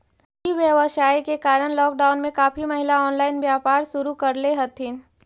ई व्यवसाय के कारण लॉकडाउन में काफी महिला ऑनलाइन व्यापार शुरू करले हथिन